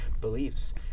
beliefs